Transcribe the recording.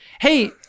Hey